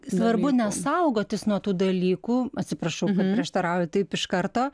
svarbu ne saugotis nuo tų dalykų atsiprašau kad prieštarauju taip iš karto